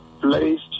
placed